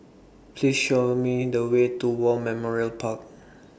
Please Show Me The Way to War Memorial Park